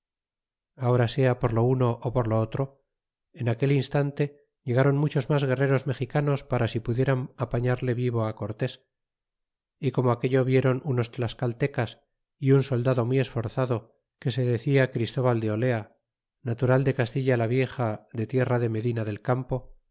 ahora sea por lo uno ó por lo otro en aquel instante llegaron muchos mas guerreros mexicanos para si pudieran apañarle vivo cortés y como aquello viéron unos tlascaltecas y im soldado muy esforzado que se decia christóbal de olea natural de castilla la vieja de tierra de medina del campo